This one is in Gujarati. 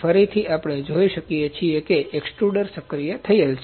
ફરીથી આપણે જોઈ શકીએ છીએ કે એક્સ્ટ્રુડર સક્રિય થયેલ છે